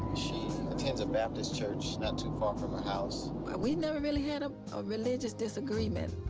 she attends a baptist church not too far from her house. we never really had ah a religious disagreement.